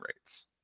rates